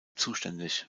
zuständig